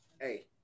hey